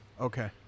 Okay